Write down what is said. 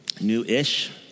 new-ish